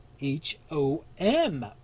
H-O-M